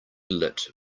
light